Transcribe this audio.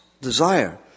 desire